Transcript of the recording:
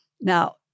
Now